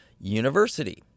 University